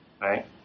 right